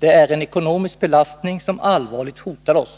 Den är en ekonomisk belastning som allvarligt hotar oss.